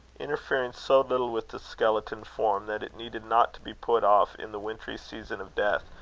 interfering so little with the skeleton form, that it needed not to be put off in the wintry season of death,